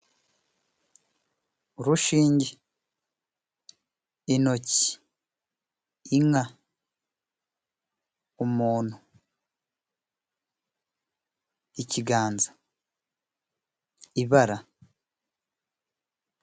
Urushinge, intoki, inka, umuntu, ikiganza, ibara.